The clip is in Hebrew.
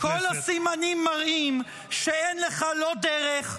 -- כל הסימנים מראים שאין לך לא דרך,